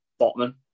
Botman